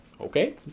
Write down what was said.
Okay